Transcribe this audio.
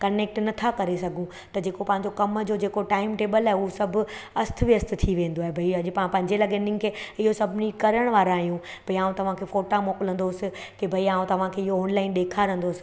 connect नथा करे सघूं त जेको बि पंहिंजो कम जो जेको टाइमटेबल आहे उहो सभु अस्त व्यस्त थी वेंदो आहे भई अॼु पाण पंहिंजे लॻनि खे इहो सभिनी करणु वारा आहियूं भई ऐं तव्हांखे फ़ोटा मोकिलींदोसि तव्हांखे इहो ऑनलाइन ॾेखारींदोसि